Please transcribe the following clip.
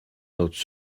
notre